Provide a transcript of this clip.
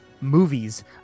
movies